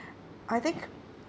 I think